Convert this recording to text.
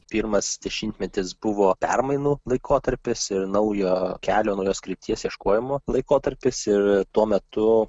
pirmas dešimtmetis buvo permainų laikotarpis ir naujo kelio naujos krypties ieškojimo laikotarpis ir tuo metu